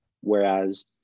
Whereas